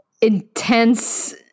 intense